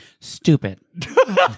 Stupid